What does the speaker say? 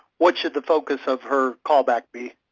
what should the focus of her callback be?